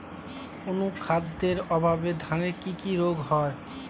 অনুখাদ্যের অভাবে ধানের কি কি রোগ হয়?